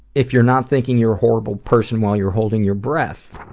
if you're not thinking you're a horrible person while you're holding your breath.